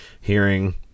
hearing